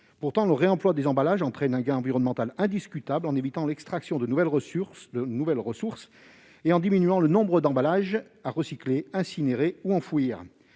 Pourtant, le réemploi des emballages entraîne un gain environnemental indiscutable, en évitant l'extraction de nouvelles ressources et en diminuant le nombre d'emballages à recycler, incinérer ou enfouir.